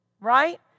right